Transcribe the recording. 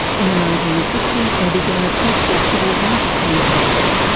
in the nineteen sixty s, they began a peaceful civil rights campaign.